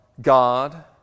God